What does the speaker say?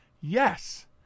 Yes